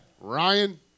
Ryan